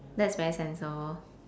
that's very sensible